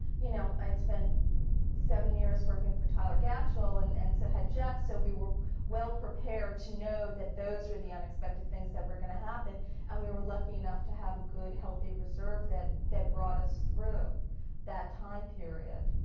you know, i had spent seven years working for tyler gatchel and and so had jeff, so we were well prepared to know that those were the unexpected things that were going to happen and we were lucky enough to have a good, healthy reserve that that brought us through that time period.